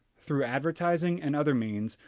through advertising and other means,